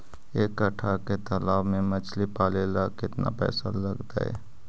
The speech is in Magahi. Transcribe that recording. एक कट्ठा के तालाब में मछली पाले ल केतना पैसा लगतै?